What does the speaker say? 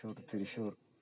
Thrissur Thrissur